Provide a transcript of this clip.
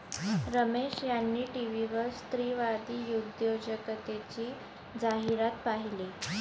रमेश यांनी टीव्हीवर स्त्रीवादी उद्योजकतेची जाहिरात पाहिली